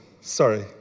Sorry